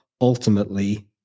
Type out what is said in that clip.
Ultimately